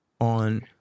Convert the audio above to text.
on